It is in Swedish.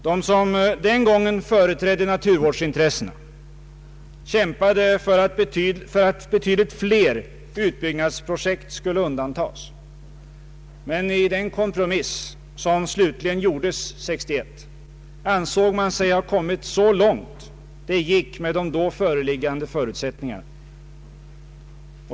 De som den gången företrädde naturvårdsintressena kämpade för att betydligt fler utbyggnadsprojekt skulle undantas. Men i den kompromiss som slutligen gjordes 1961 ansåg man sig ha kommit så långt det gick med de då föreliggande förutsättningarna.